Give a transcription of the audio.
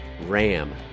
Ram